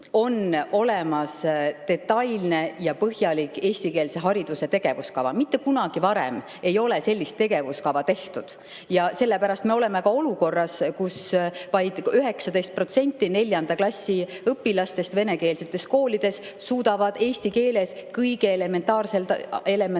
on olemas detailne ja põhjalik eestikeelse hariduse tegevuskava. Mitte kunagi varem ei ole sellist tegevuskava tehtud ja sellepärast me olemegi olukorras, kus vaid 19% neljanda klassi õpilastest venekeelsetes koolides suudab eesti keeles kõige elementaarsemal tasemel